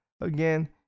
Again